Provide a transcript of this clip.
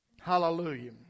Hallelujah